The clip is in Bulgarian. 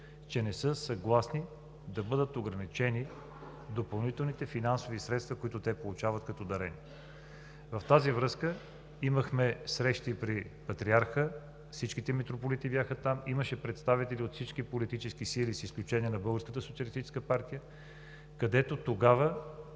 че не са съгласни да бъдат ограничени допълнителните финансови средства, които те получават като дарения. В тази връзка имахме среща при патриарха, всички митрополити бяха там, имаше представители от всички политически сили, с изключение на „Българската